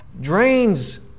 drains